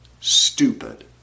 Stupid